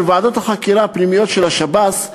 של ועדות החקירה הפנימיות של השב"ס,